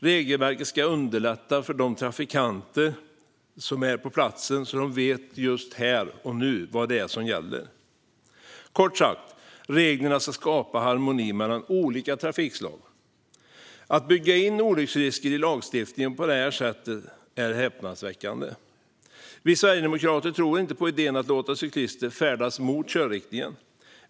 Regelverket ska underlätta för trafikanter på platsen så att de vet här och nu vad som gäller. Kort sagt: Reglerna ska skapa harmoni mellan olika trafikslag. Att bygga in olycksrisker i lagstiftningen på det här sättet är häpnadsväckande. Vi sverigedemokrater tror inte på idén att låta cyklister färdas mot körriktningen.